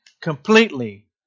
completely